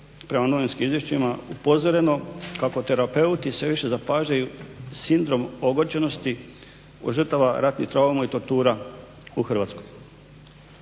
prema novinskim izvješćima upozoreno kako terapeuti sve više zapažaju sindrom ogorčenosti kod žrtava ratnih trauma i tortura u Hrvatskoj.